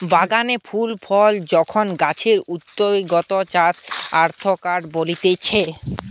বাগানে ফুল ফল যখন গাছে উগতিচে তাকে অরকার্ডই বলতিছে